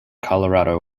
colorado